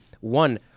one